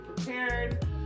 prepared